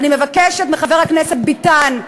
אני מבקשת מחבר הכנסת ביטן,